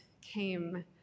came